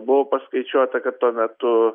buvo paskaičiuota kad tuo metu